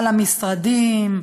במשרדים,